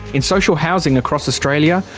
in social housing across australia,